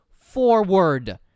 forward